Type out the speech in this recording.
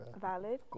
Valid